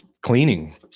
cleaning